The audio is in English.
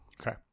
Okay